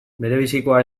berebizikoa